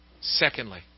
Secondly